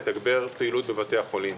לתגבר פעילות בבתי החולים.